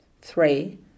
Three